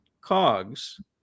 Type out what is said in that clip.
cogs